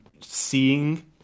seeing